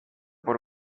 por